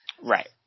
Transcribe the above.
Right